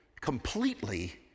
completely